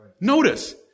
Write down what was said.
Notice